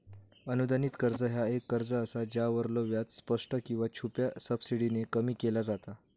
अनुदानित कर्ज ह्या एक कर्ज असा ज्यावरलो व्याज स्पष्ट किंवा छुप्या सबसिडीने कमी केला जाता